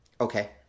Okay